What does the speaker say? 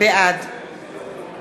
בעד